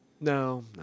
No